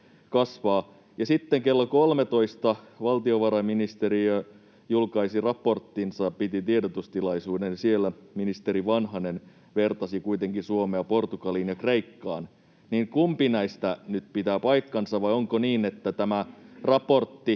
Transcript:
sitten kello 13 valtiovarainministeriö julkaisi raporttinsa ja piti tiedotustilaisuuden. Siellä ministeri Vanhanen vertasi kuitenkin Suomea Portugaliin ja Kreikkaan. Kumpi näistä nyt pitää paikkansa? Vai onko niin, että tämä raportti